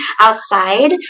outside